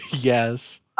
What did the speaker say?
Yes